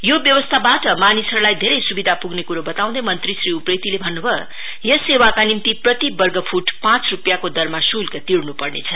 यो व्यवस्थाबाट मानिसहरुलाई धेरै सुविधा पुग्ने कुरो वताउँदै मंत्री उप्रेतीले भन्नु भयो यस सेवाका निम्ति प्रति वर्ग फुट पाँच रुपियाँको दरमा शुल्क तिर्नु पर्नेछ